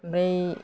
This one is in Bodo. ओमफ्राय